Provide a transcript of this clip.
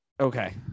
Okay